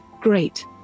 great